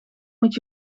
moet